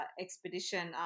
expedition